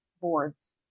Boards